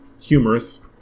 humorous